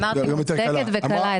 אמרתי: מוצדקת וקלה.